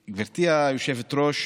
הייתה ישיבה פורייה,